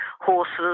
horses